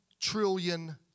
trillion